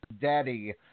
Daddy